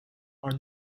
are